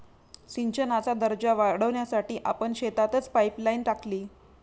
सिंचनाचा दर्जा वाढवण्यासाठी आपण शेतातच पाइपलाइन टाकली